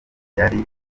yari